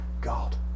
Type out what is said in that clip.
God